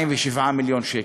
47 מיליון שקל.